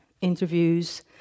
interviews